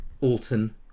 Alton